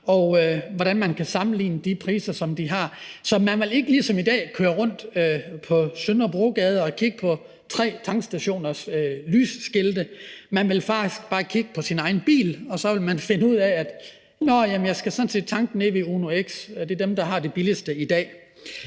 og hvordan man kan sammenligne de priser, som de har, så man ikke ligesom i dag vil køre rundt på Sønderbrogade og kigge på tre forskellige tankstationers lysskilte, men at man faktisk bare vil kunne kigge på sin egen bil og så vil finde ud af, at man sådan set skal tanke nede ved Uno X, fordi det er dem, der har det billigste i dag.